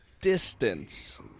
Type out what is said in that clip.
distance